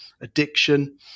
addiction